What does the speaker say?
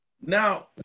Now